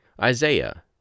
Isaiah